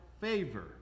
favor